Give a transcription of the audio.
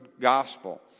gospel